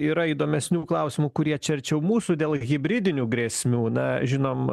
yra įdomesnių klausimų kurie čia arčiau mūsų dėl hibridinių grėsmių na žinom